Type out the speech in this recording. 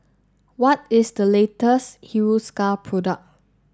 what is the latest Hiruscar product